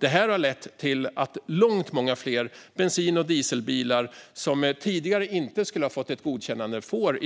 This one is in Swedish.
Det har lett till att långt många fler bensin och dieselbilar som tidigare inte skulle ha fått ett godkännande i dag får